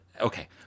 Okay